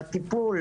בטיפול